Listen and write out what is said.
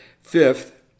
Fifth